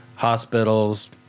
hospitals